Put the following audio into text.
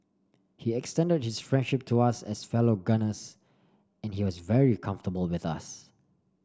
he extended his friendship to us as fellow gunners and he was very comfortable with us